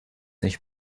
nicht